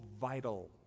vital